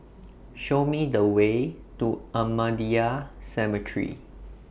Show Me The Way to Ahmadiyya Cemetery